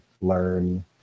learn